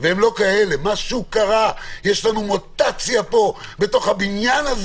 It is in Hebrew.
והם לא כאלה, יש לנו מוטציה פה בתוך הבניין.